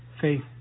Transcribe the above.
faith